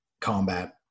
combat